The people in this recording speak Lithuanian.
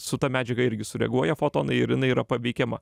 su ta medžiaga irgi sureaguoja fotonai ir jinai yra paveikiama